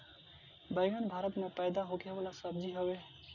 बैगन भारत में पैदा होखे वाला सब्जी हवे